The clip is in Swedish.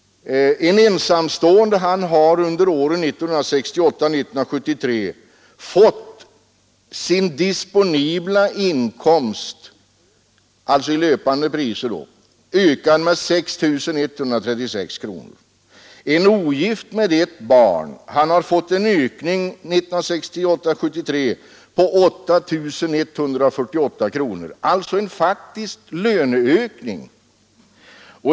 En ensamstående har under åren 1968-1973 fått sin disponibla inkomst räknat i löpande priser ökad med 6 136 kronor. En ogift med ett barn har fått en ökning 1968-1973 på 8148 kronor, alltså en faktisk löneökning.